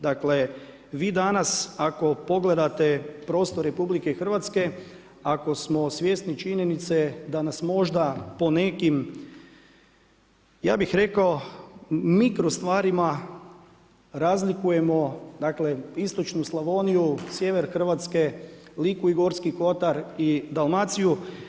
Dakle, vi danas ako pogledate prostor RH, ako smo svjesni činjenice da nas možda po nekim ja bih rekao mikro stvarima razlikujemo, dakle Istočnu Slavoniju, sjever Hrvatske, Liku i Gorski kotar i Dalmaciju.